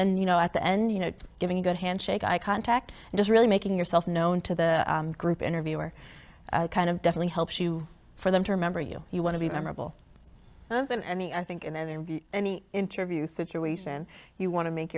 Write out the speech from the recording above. then you know at the end you know giving a good handshake eye contact and just really making yourself known to the group interviewer kind of definitely helps you for them to remember you you want to be memorable i mean i think in their any interview situation you want to make